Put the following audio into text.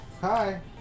Hi